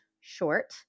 short